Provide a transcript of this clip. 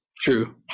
True